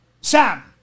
Sam